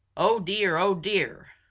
oh dear! oh dear!